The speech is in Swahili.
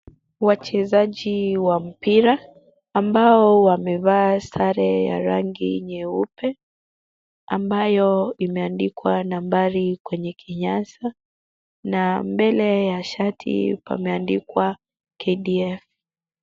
Wachezaji wa mpira ambao wamevaa sare ya rangi nyeupe, ambayo imeandikwa nambari kwenye kinyasa na mbele ya shati pameandikwa KDF.